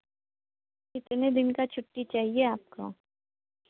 कितने दिन का छुट्टी चाहिए आपको